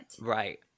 Right